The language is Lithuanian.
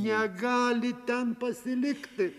negali ten pasilikti